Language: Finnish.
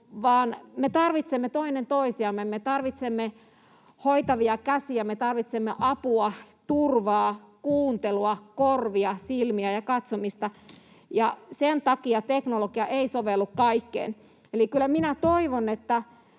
me tarvitsemme hoitavia käsiä, ja me tarvitsemme apua, turvaa, kuuntelua, korvia, silmiä ja katsomista, ja sen takia teknologia ei sovellu kaikkeen. Eli